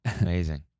Amazing